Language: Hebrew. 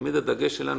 זה היה תמיד הדגש שלנו,